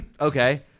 okay